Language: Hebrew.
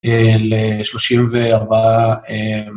אה לשלושים וארבעה אה...